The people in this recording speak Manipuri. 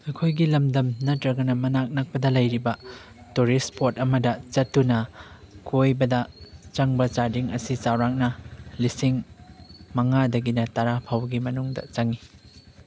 ꯑꯩꯈꯣꯏꯒꯤ ꯂꯝꯗꯝ ꯅꯠꯇ꯭ꯔꯒꯅ ꯃꯅꯥꯛ ꯅꯛꯄꯗ ꯂꯩꯔꯤꯕ ꯇꯨꯔꯤꯁ ꯁ꯭ꯄꯣꯠ ꯑꯃꯗ ꯆꯠꯇꯨꯅ ꯀꯣꯏꯕꯗ ꯆꯪꯕ ꯆꯥꯗꯤꯡ ꯑꯁꯤ ꯆꯥꯎꯔꯥꯛꯅ ꯂꯤꯁꯤꯡ ꯃꯉꯥꯗꯒꯤꯅ ꯇꯔꯥ ꯐꯥꯎꯕꯒꯤ ꯃꯅꯨꯡꯗ ꯆꯪꯏ